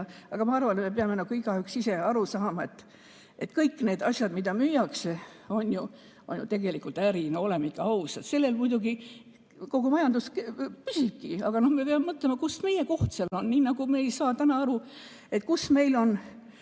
aga ma arvan, et me peame igaüks ise aru saama, et kõik need asjad, mida müüakse, on ju tegelikult äri, oleme ausad. Sellel muidugi kogu majandus püsibki, aga me peame mõtlema, kus meie koht seal on. Nagu me ei saa täna aru, kus meil on